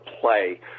play